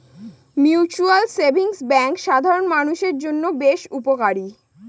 mutual savings bank সাধারন মানুষের জন্য বেশ উপকারী